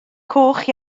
coch